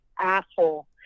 asshole